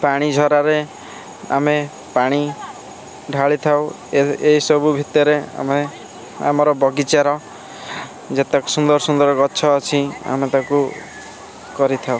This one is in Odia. ପାଣି ଝରାରେ ଆମେ ପାଣି ଢାଳିଥାଉ ଏଇ ସବୁ ଭିତରେ ଆମେ ଆମର ବଗିଚାର ଯେତେକ ସୁନ୍ଦର ସୁନ୍ଦର ଗଛ ଅଛି ଆମେ ତାକୁ କରିଥାଉ